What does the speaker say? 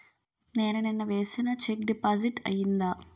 నేను నిన్న వేసిన చెక్ డిపాజిట్ అయిందా?